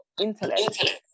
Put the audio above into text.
intellect